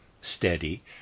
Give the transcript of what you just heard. steady